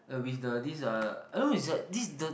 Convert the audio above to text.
uh with the this uh I don't know is that this the